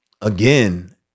again